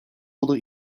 ona